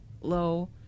low